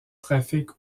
trafic